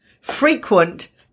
frequent